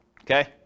Okay